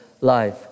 life